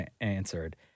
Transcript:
answered